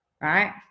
Right